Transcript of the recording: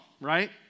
right